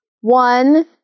One